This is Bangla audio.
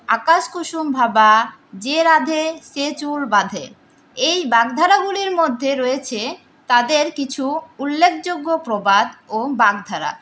আকাশকুসুম ভাবা যে রাঁধে সে চুল বাধে এই বাগধারাগুলির মধ্যে রয়েছে তাদের কিছু উল্লেখযোগ্য প্রবাদ ও বাগধারা